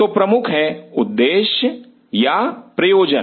तो प्रमुख है उद्देश्य या प्रयोजन